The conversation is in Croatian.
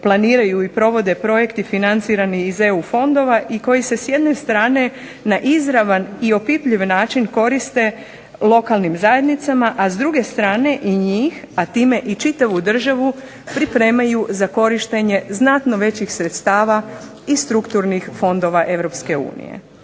planiraju i provode projekti financirani iz EU fondova, i koji se s jedne strane na izravan i opipljiv način koriste lokalnim zajednicama, a s druge strane i njih, a time i čitavu državu pripremaju za korištenje znatno većih sredstava i strukturnih fondova